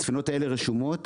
הספינות האלה רשומות,